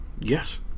Yes